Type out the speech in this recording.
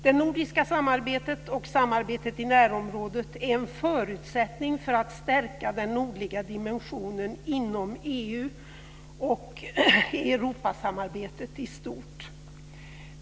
Det nordiska samarbetet och samarbetet i närområdet är en förutsättning för att stärka den nordliga dimensionen inom EU och Europasamarbetet i stort.